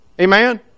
Amen